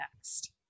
next